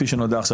כפי שנודע עכשיו.